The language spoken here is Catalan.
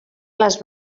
les